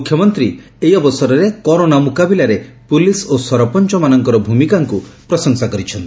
ମୁଖ୍ୟମଦ୍ଦୀ corona ମୁକାବିଲାରେ police ଓ ସରପଞ୍ଚମାନଙ୍କର ଭ୍ରମିକାକୁ ପ୍ରଶଂସା କରିଛନ୍ତି